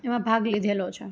એમાં ભાગ લીધેલો છે